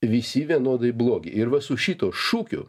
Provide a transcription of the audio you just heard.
visi vienodai blogi ir va su šituo šūkiu